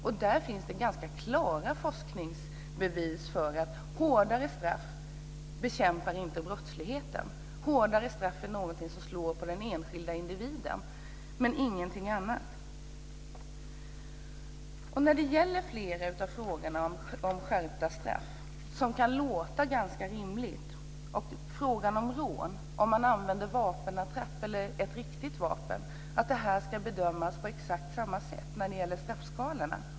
Och där finns det ganska klara forskningsbevis för att hårdare straff inte bekämpar brottsligheten. Hårdare straff är nägonting som slår mot den enskilde individen men ingenting annat. Flera av frågorna om skärpta straff kan låta ganska rimliga. En fråga är om rån där man använder en vapenattrapp och rån där man använder ett riktigt vapen ska bedömas på exakt samma sätt när det gäller straffskalorna.